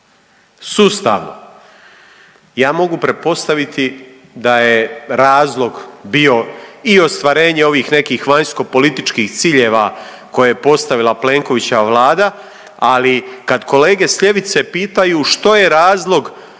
sustavno. Ja mogu pretpostaviti da je razlog bio i ostvarenje ovih nekih vanjsko-političkih ciljeva koje je postavila Plenkovićeva Vlada. Ali kad kolege s ljevice pitaju što je razlog